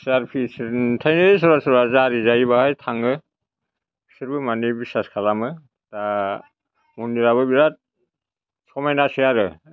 CRP सिन्थाय सोरबा सोरबा जारिजायो बेहाय थाङो बिसोरबो माने बिसास खालामो दा मन्दिराबो बिराद समायनासै आरो